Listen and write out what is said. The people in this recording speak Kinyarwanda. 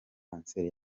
kanseri